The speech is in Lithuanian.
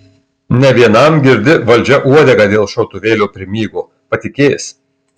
ne vienam girdi valdžia uodegą dėl šautuvėlio primygo patikės